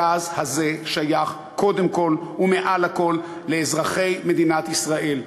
הגז הזה שייך קודם כול ומעל הכול לאזרחי מדינת ישראל,